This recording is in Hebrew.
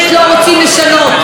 כי לא אכפת לכם.